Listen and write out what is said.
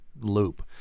loop